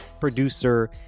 producer